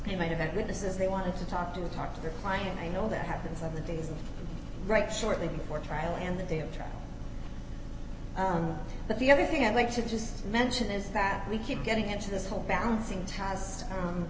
you might have that witnesses they want to talk to talk to their client you know that happens on the days right shortly before trial and the day of trial but the other thing i'd like to just mention is that we keep getting into this whole bouncing